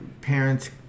parents